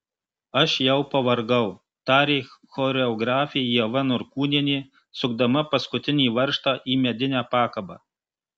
aš jau pavargau tarė choreografė ieva norkūnienė sukdama paskutinį varžtą į medinę pakabą